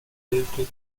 military